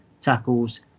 tackles